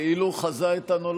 זה בדיוק כאילו הוא חזה את הנולד.